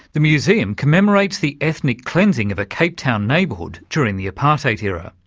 the museum commemorates the ethnic cleansing of a cape town neighbourhood during the apartheid era.